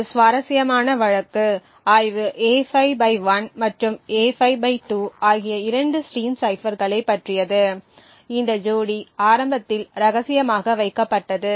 ஒரு சுவாரஸ்யமான வழக்கு ஆய்வு A5 1 மற்றும் A5 2 ஆகிய இரண்டு ஸ்ட்ரீம் சைபர்களைப் பற்றியது இந்த ஜோடி ஆரம்பத்தில் ரகசியமாக வைக்கப்பட்டது